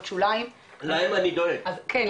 שוליים --- להם אני דואג --- כן,